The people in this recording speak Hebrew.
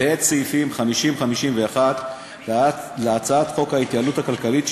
ואת סעיפים 51-50 להצעת חוק ההתייעלות הכלכלית,